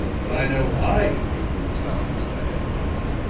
but, i know i could give you a few hints if i had the mind